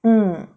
mm